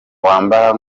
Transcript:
wambara